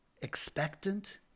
Expectant